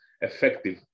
effective